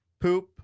Poop